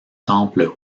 temples